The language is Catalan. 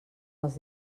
els